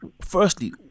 firstly